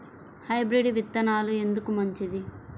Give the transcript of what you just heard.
Hybrid విత్తనాలు ఎందుకు మంచిది?